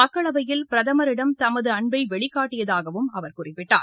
மக்களவையில் பிரதமரிடம் தமது அன்பை வெளிக்காட்டியதாகவும் அவர் குறிப்பிட்டார்